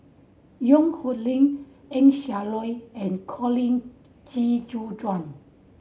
Yong Nyuk Lin Eng Siak Loy and Colin Qi Zhe Quan